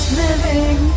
living